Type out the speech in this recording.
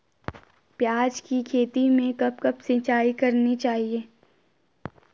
प्याज़ की खेती में कब कब सिंचाई करनी चाहिये?